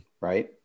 right